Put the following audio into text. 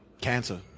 cancer